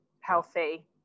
healthy